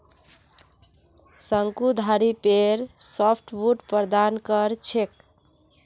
शंकुधारी पेड़ सॉफ्टवुड प्रदान कर छेक